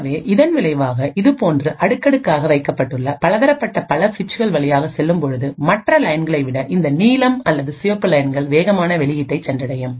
ஆகவே இதன் விளைவாக இது போன்று அடுக்கடுக்காக வைக்கப்பட்டுள்ள பலதரப்பட்ட பல சுவிட்சுகள் வழியாக செல்லும் பொழுது மற்ற லயன்களை விட இந்த நீலம் அல்லது சிவப்பு லயன்கள் வேகமாக வெளியீட்டை சென்றடையும்